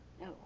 No